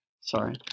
sorry